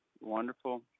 wonderful